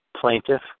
plaintiff